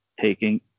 taking